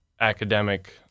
academic